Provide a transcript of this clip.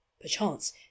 perchance